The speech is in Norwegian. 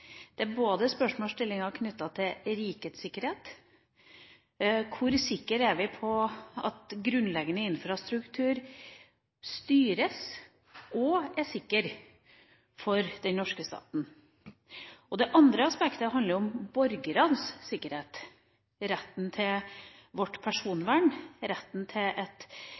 Det er både en spørsmålstilling knyttet til rikets sikkerhet – hvor sikre er vi på at grunnleggende infrastruktur styres og er sikker for den norske staten? Det andre aspektet handler om borgernes sikkerhet, retten til vårt personvern, retten til